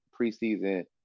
preseason –